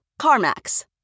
CarMax